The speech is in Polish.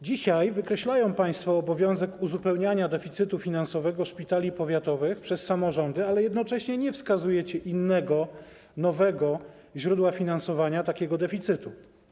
Dzisiaj wykreślają państwo obowiązek uzupełniania deficytu finansowego szpitali powiatowych przez samorządy, ale jednocześnie nie wskazują innego nowego źródła finansowania takiego deficytu.